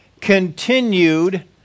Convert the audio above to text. continued